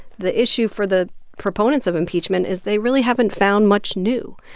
the issue for the proponents of impeachment is they really haven't found much new.